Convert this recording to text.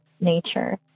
nature